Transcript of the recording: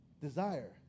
Desire